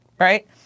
Right